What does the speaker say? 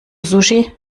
sushi